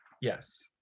yes